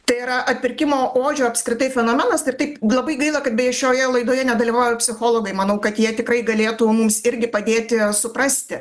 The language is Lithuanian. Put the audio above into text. tai yra atpirkimo ožio apskritai fenomenas ir taip labai gaila kad beje šioje laidoje nedalyvauja psichologai manau kad jie tikrai galėtų mums irgi padėti suprasti